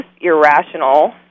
irrational